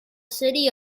city